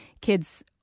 kids